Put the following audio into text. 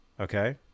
okay